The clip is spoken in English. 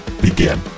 Begin